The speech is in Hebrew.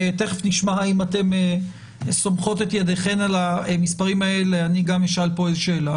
תיכף נשמע אם אתן סומכות את ידיכן על המספרים האלה וגם אני אשאל שאלה,